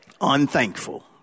Unthankful